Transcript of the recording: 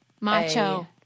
macho